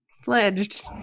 fledged